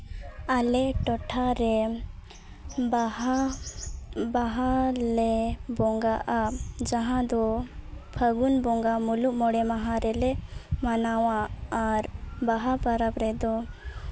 ᱟᱞᱮ ᱴᱚᱴᱷᱟᱨᱮ ᱵᱟᱦᱟ ᱵᱟᱦᱟᱞᱮ ᱵᱚᱸᱜᱟᱜᱼᱟ ᱡᱟᱦᱟᱸ ᱫᱚ ᱯᱷᱟᱹᱜᱩᱱ ᱵᱚᱸᱜᱟ ᱢᱩᱞᱩᱜ ᱢᱚᱬᱮ ᱢᱟᱦᱟ ᱨᱮᱞᱮ ᱢᱟᱱᱟᱣᱟ ᱟᱨ ᱵᱟᱦᱟ ᱯᱚᱨᱚᱵᱽ ᱨᱮᱫᱚ